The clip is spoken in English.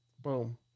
Boom